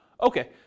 okay